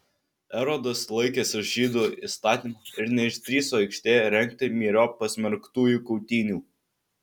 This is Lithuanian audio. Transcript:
erodas laikėsi žydų įstatymo ir neišdrįso aikštėje rengti myriop pasmerktųjų kautynių